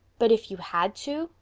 but if you had to?